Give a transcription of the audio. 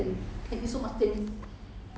I don't know lah maybe must